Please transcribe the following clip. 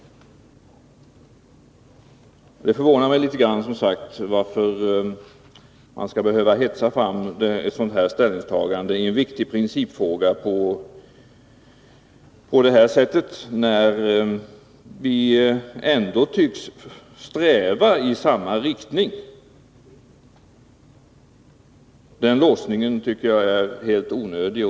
Det förvånar mig litet att man skall behöva hetsa fram ett ställningstagande ien viktig principfråga på detta sätt, när vi nu tycks sträva i samma riktning. Den låsningen tycker jag är helt onödig.